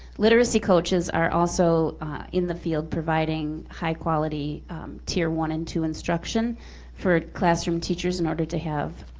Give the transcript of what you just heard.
literacy coaches are also in the field providing high quality tier one and two instruction for classroom teachers in order to have